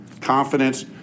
confidence